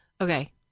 okay